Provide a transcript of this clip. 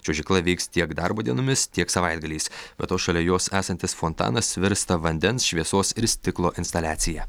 čiuožykla veiks tiek darbo dienomis tiek savaitgaliais be to šalia jos esantis fontanas virsta vandens šviesos ir stiklo instaliacija